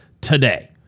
today